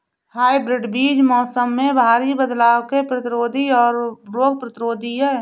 hybrid बीज मौसम में भारी बदलाव के प्रतिरोधी और रोग प्रतिरोधी हैं